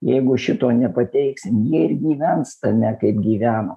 jeigu šito nepateiksim jie ir gyvens tame kaip gyveno